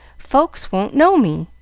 folks won't know me.